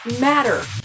matter